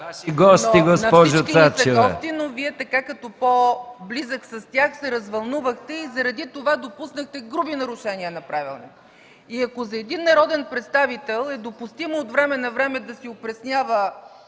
На всички ни са гости, но Вие като по-близък с тях се развълнувахте и заради това допуснахте груби нарушения на правилника. Ако за един народен представител е допустимо от време на време да си опреснява